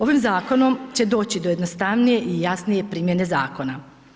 Ovim zakonom će doći do jednostavnije i jasnije primjene zakona.